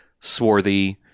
swarthy